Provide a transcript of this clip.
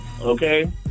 Okay